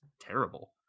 terrible